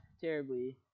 terribly